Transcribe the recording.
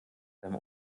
beim